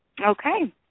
Okay